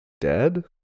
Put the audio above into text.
dead